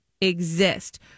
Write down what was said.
exist